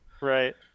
Right